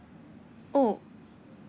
oh